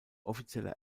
offizielle